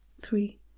three